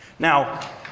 Now